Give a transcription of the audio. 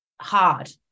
hard